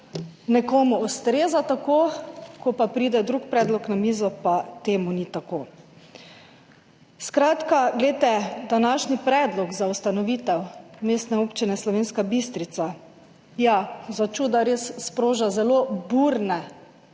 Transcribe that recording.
nekomu ustreza tako, ko pa pride drug predlog na mizo, pa temu ni tako. Skratka, današnji predlog za ustanovitev mestne občine Slovenska Bistrica začuda res sproža zelo burne,